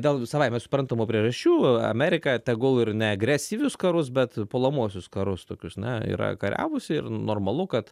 dėl jų savaime suprantamų priežasčių amerika tegul ir ne agresyvius karus bet puolamuosius karus tokius na yra kariavusi ir normalu kad